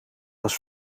was